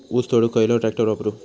ऊस तोडुक खयलो ट्रॅक्टर वापरू?